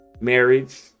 marriage